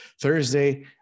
Thursday